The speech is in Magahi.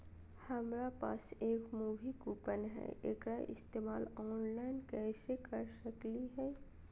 हमरा पास एक मूवी कूपन हई, एकरा इस्तेमाल ऑनलाइन कैसे कर सकली हई?